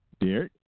Derek